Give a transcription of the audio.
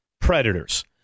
predators